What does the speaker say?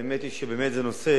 האמת היא שבאמת זה נושא